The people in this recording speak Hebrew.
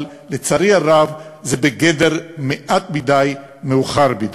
אבל, לצערי הרב, זה בגדר מעט מדי, מאוחר מדי.